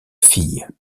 fille